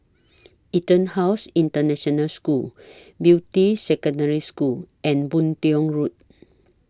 Etonhouse International School Beatty Secondary School and Boon Tiong Road